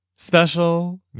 Special